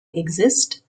exist